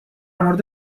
مورد